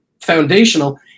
foundational